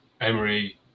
Emery